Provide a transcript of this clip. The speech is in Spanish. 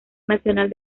nacional